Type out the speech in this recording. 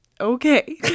Okay